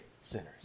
sinners